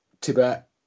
Tibet